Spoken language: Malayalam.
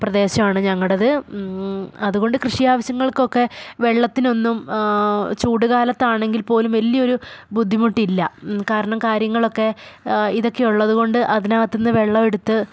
പ്രദേശമാണ് ഞങ്ങളുടേത് അതുകൊണ്ട് കൃഷി ആവശ്യങ്ങൾക്കൊക്കെ വെള്ളത്തിനൊന്നും ചൂട് കാലത്താണെങ്കിൽ പോലും വലിയൊരു ബുദ്ധിമുട്ടില്ല കാരണം കാര്യങ്ങളൊക്കെ ഇതൊക്കെയുള്ളതുകൊണ്ട് അതിനകത്തുനിന്ന് വെള്ളമെടുത്ത്